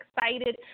excited